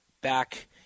back